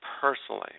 personally